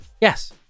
Yes